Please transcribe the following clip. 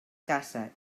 caça